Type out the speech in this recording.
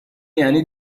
یعنی